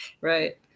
right